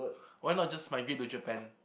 why not just migrate to Japan